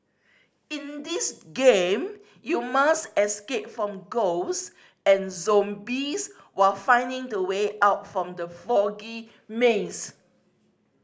in this game you must escape from ghost and zombies while finding the way out from the foggy maze